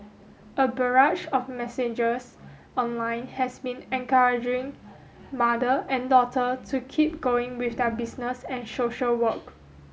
a barrage of messages online has been encouraging mother and daughter to keep going with their business and social work